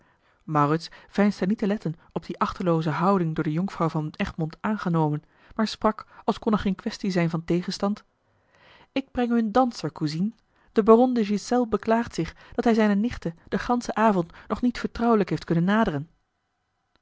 maurits veinsde niet te letten op die achtelooze houding door de jonkvrouw van egmond aangenomen maar sprak als kon er geene quaestie zijn van tegenstand ik breng u een danser cousine de baron de ghiselles beklaagt zich dat hij zijne nichten den ganschen avond nog niet vertrouwelijk heeft kunnen naderen